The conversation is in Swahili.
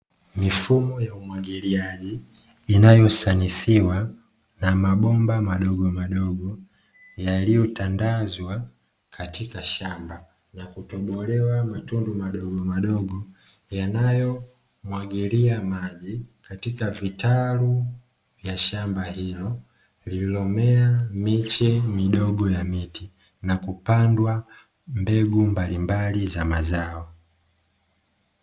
Mifumo ya umwagiliaji inayosanifiwa na mabomba madogomadogo, yaliyotandazwa katika shamba, na kutobolewa matundu madogomadogo, yanayomwagilia maji katika vitalu vya shamba hilo lililomea miche midogo ya miti, na kupandwa mbegu mbalimbali za mazao.